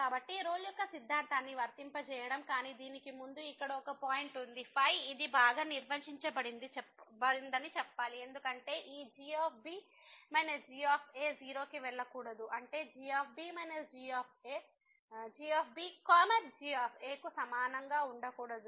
కాబట్టి రోల్ యొక్క సిద్ధాంతాన్ని వర్తింపజేయడం కానీ దీనికి ముందు ఇక్కడ ఒక పాయింట్ ఉంది ఇది బాగా నిర్వచించబడిందని చెప్పాలి ఎందుకంటే ఈ g g 0 కి వెళ్ళకూడదు అంటే g g కు సమానంగా ఉండకూడదు